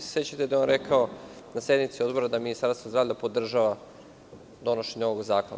Sećate se da je on rekao na sednici Odbora da Ministarstvo zdravlja podržava donošenje ovog zakona.